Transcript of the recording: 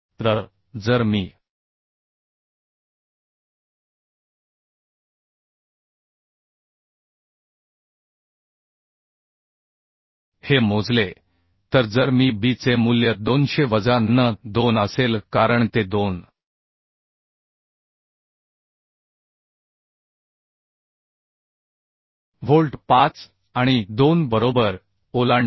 तर जर मी हे मोजले तर जर मी b चे मूल्य 200 वजा nn 2 असेल कारण ते 2 व्होल्ट 5 आणि 2 बरोबर ओलांडते